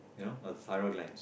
you know a thyroid glands